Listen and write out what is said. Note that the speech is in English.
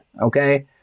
Okay